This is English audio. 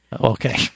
Okay